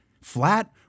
flat